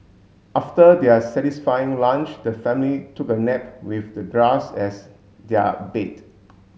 after their satisfying lunch the family took a nap with the grass as their bed